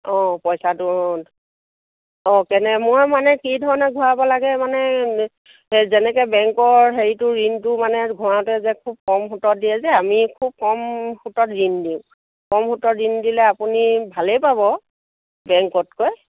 অঁ পইচাটো অঁ কেনে মই মানে কি ধৰণে ঘূৰাব লাগে মানে যেনেকে বেংকৰ হেৰিটো ঋণটো মানে ঘূৰাওঁতে যে খুব কম সুদত দিয়ে যে আমি খুব কম সুদত ঋণ দিওঁ কম সুদৰ ঋণ দিলে আপুনি ভালেই পাব বেংকতকৈ